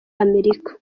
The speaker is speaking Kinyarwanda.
amerika